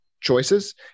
choices